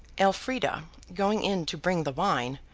elfrida, going in to bring the wine,